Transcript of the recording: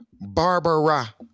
barbara